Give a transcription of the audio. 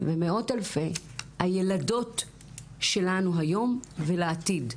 ומאות אלפי הילדות שלנו היום ולעתיד,